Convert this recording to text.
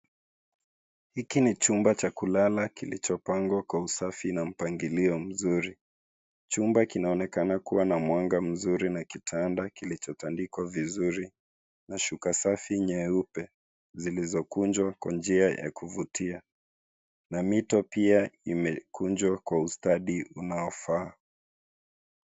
Hiki ni chumba cha kulala kilichopangwa kwa usafi na mpangilio mzuri. Chumba kinaonenakana kuwa na mwanga mzuri na kitanda kilichotandikwa vizuri na shuka safi nyeupe zilizo kunjwa kwa njia ya kuvutia na mito pia imekunjwa kwa ustadi unao faa.